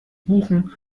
buchen